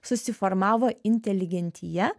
susiformavo inteligentija